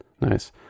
Nice